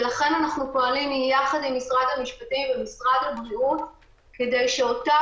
ולכן אנחנו פועלים יחד עם משרד המשפטים ומשרד הבריאות כדי שאותה